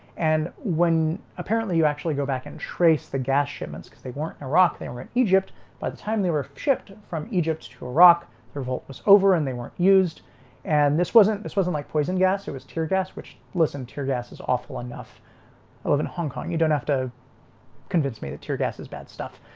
and when apparently you actually go back and trace the gas shipments because they weren't in iraq they were in egypt by the time they were shipped from egypt to iraq their vault was over and they weren't used and this wasn't this wasn't like poison gas. it was tear gas which listen tear gas is awful enough i live in hong kong you don't have to convince me that tear gas is bad stuff.